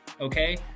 okay